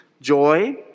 Joy